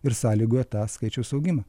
ir sąlygoja tą skaičiaus augimą